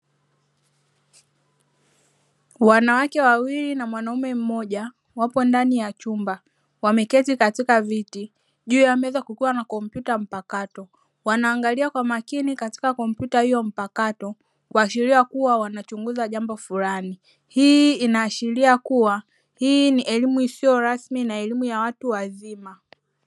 Wanawake wawili na mwanaume mmoja wako ndani ya chumba wameketi katika viti, juu ya meza kukiwa na kompyuta mpakato; wanaangalia kwa makini katika kompyuta hiyo mpakato kuashiria kuwa wanachunguza jambo fulani. Hii inaashiria kuwa hii ni elimu isiyo rasmi na elimu ya watu wazima.